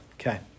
Okay